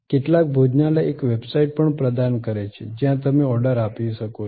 કેટલાક ભોજનાલય એક વેબસાઇટ પણ પ્રદાન કરે છે જ્યાં તમે ઓર્ડર આપી શકો છો